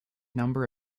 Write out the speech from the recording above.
number